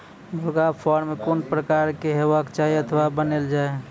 मुर्गा फार्म कून प्रकारक हेवाक चाही अथवा बनेल जाये?